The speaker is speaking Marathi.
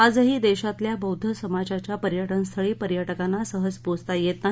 आजही देशातल्या बौद्ध समाजाच्या पर्यटनस्थळी पर्यटकांना सहज पोहोचता येत नाही